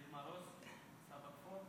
סבא כפור?